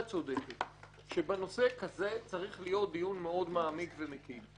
צודקת שבנושא כזה צריך להיות דיון מאוד מעמיק ומקיף.